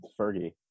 Fergie